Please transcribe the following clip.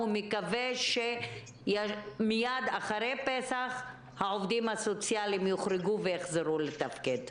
הוא מקווה שמייד לאחר פסח העובדים הסוציאליים יוחרגו ויחזרו לתפקד.